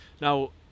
Now